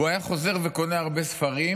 הוא היה חוזר וקונה הרבה ספרים,